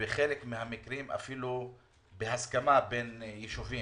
ובחלק מן המקרים אפילו בהסכמה בין ישובים,